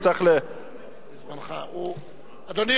אדוני,